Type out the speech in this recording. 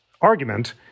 argument